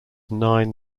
nine